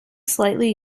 slightly